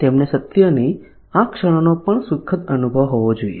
તેમને સત્યની આ ક્ષણોનો પણ સુખદ અનુભવ હોવો જોઈએ